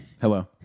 Hello